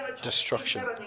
destruction